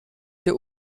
der